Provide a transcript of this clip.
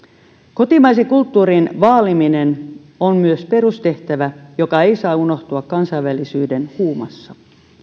kotimaisen kulttuurin vaaliminen on myös perustehtävä joka ei saa unohtua kansainvälisyyden huumassa